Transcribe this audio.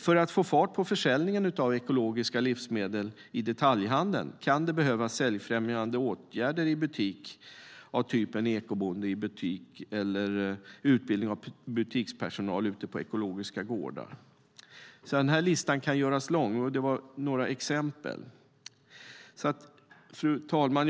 För att få fart på försäljningen av ekologiska livsmedel i detaljhandeln kan det behövas säljfrämjande åtgärder i butik av typen "Ekobonde i butik" eller utbildning av butikspersonal ute på ekologiska gårdar. Listan kan göras lång; det som nämnts är några exempel. Fru talman!